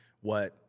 what-